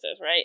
right